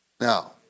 Now